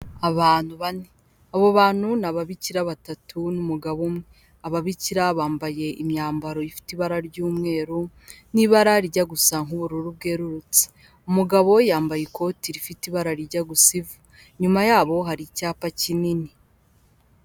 Abantu bane abo bantu ni ababikira batatu n'umugabo umwe, ababikira bambaye imyambaro ifite ibara ry'umweru n'ibara rijya gusa nk'ubururu bwererutse, umugabo yambaye ikoti rifite ibara rijya gusa ivu, inyuma yabo hari icyapa kinini.